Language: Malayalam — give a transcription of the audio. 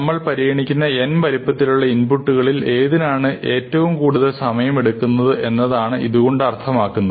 നമ്മൾ പരിഗണിക്കുന്ന n വലിപ്പത്തിലുള്ള ഇൻപുട്ടുകളിൽ ഏതിനാണ് ഏറ്റവും കൂടുതൽ സമയം എടുക്കുന്നത് എന്നതാണ് ഇതുകൊണ്ട് അർത്ഥമാക്കുന്നത്